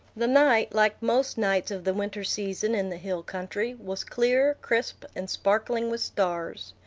the night, like most nights of the winter season in the hill country, was clear, crisp, and sparkling with stars.